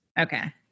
Okay